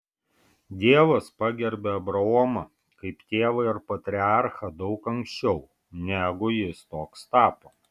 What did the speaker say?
dievas pagerbė abraomą kaip tėvą ir patriarchą daug anksčiau negu jis toks tapo